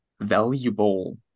valuable